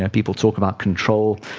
and people talk about control,